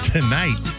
Tonight